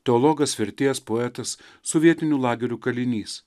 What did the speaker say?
teologas vertėjas poetas sovietinių lagerių kalinys